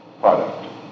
product